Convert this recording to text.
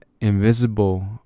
Invisible